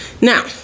Now